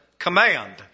command